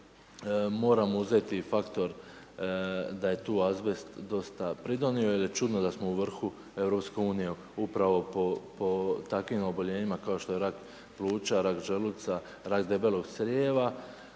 moramo uzeti faktor da je tu azbest dosta pridonio, jer je čudno da smo u vrhu Europske unije upravo po takvim oboljenjima kao što je rak pluća, rak želuca, rak debelog crijeva,